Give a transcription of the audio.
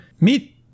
meet